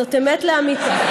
זאת אמת לאמיתה,